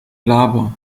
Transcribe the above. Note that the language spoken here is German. laber